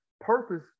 purpose